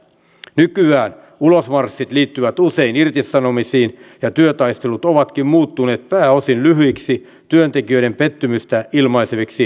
nykyään ulosmarssit liittyvät usein irtisanomisiin ja työtaistelut ovatkin muuttuneet pääosin lyhyiksi työntekijöiden pettymystä ilmaiseviksi surulakoiksi